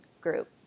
group